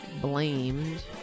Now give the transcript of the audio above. blamed